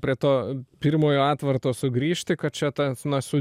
prie to pirmojo atvarto sugrįžti kad čia tas na su